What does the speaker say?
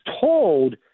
told